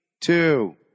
Two